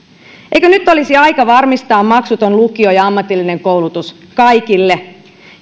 eikö nyt olisi aika varmistaa maksuton lukio ja ammatillinen koulutus kaikille